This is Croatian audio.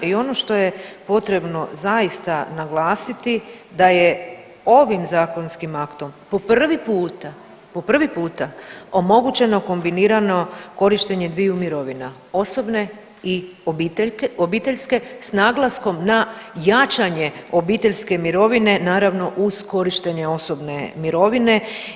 I ono što je potrebno zaista naglasiti da je ovim zakonskim aktom po prvi puta omogućeno kombinirano korištenje dviju mirovina osobne i obiteljske s naglaskom na jačanje obiteljske mirovine naravno uz korištenje osobne mirovine.